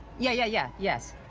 yeah yeah yeah, yes.